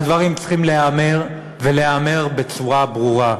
והדברים צריכים להיאמר, ולהיאמר בצורה ברורה: